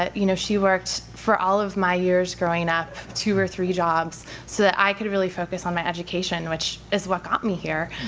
ah you know she worked for all of my years growing up, two or three jobs, so that i could really focus on my education, which is what got me here.